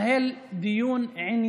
אני מוכן להישאר וננהל דיון ענייני,